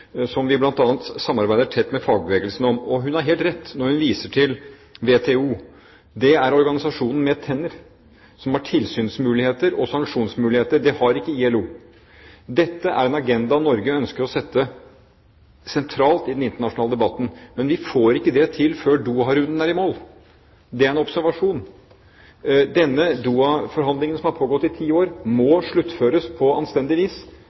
vi bl.a. samarbeider tett med fagbevegelsen om. Hun har helt rett når hun viser til WTO. Det er organisasjonen med tenner som har tilsynsmuligheter og sanksjonsmuligheter. Det har ikke ILO. Dette er en agenda Norge ønsker å sette sentralt i den internasjonale debatten, men vi får ikke det til før Doha-runden er i mål. Det er en observasjon. Disse Doha-forhandlingene, som har pågått i ti år, må sluttføres på anstendig vis